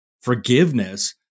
forgiveness